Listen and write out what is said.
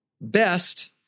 best